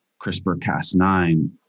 CRISPR-Cas9